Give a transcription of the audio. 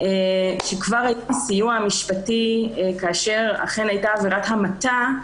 שכבר היום הסיוע המשפטי כאשר אכן הייתה עבירת המתה,